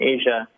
Asia